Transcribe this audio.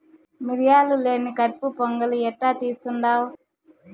మిరియాలు లేని కట్పు పొంగలి ఎట్టా తీస్తుండావ్